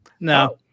no